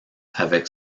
avec